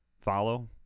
follow